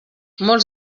molts